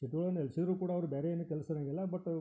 city ಒಳ್ಗೆ ನೆಲೆಸಿದ್ರೂ ಕೂಡ ಅವ್ರು ಬೇರೆ ಏನೂ ಕೆಲಸ ಇರೋಂಗಿಲ್ಲ ಬಟ್